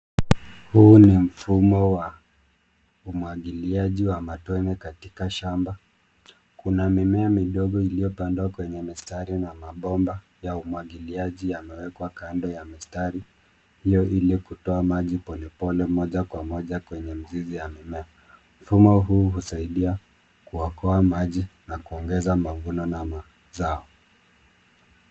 Huu ni mfumo wa umwagiliaji wa matone katika shamba. Kuna mimea midogo iliyopandwa kwenye mistari na mabomba ya umwagiliaji yamewekwa kando ya mistari hiyo ili kutoa maji polepole moja kwa moja kwenye mizizi ya mimea. Mfumo huu husaidia kuokoa maji na kuongeza mavuno na mazao.